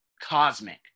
cosmic